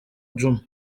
djuma